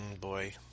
boy